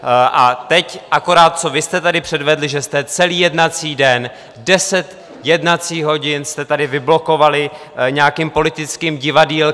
A teď akorát co vy jste tady předvedli, že jste celý jednací den, deset jednacích hodin jste tady vyblokovali nějakým politickým divadýlkem.